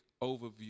overview